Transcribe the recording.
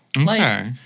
Okay